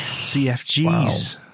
CFGs